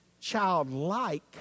childlike